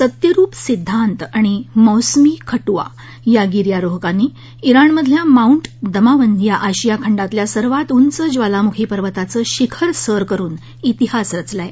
सत्यरूप सिद्धांत आणि मौसमी खट्आ या गिर्यारोहकांनी ईराणमधल्या माउंट दमावंद या आशिया खंडातल्या सर्वात उंच ज्वालामुखी पर्वताचं शिखर सर करून तिहास रचला आहे